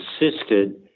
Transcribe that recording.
insisted